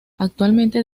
actualmente